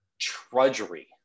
trudgery